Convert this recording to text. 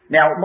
Now